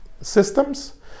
systems